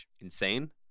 insane